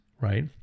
right